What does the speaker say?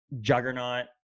Juggernaut